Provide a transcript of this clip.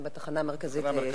כן, בתחנה המרכזית הישנה.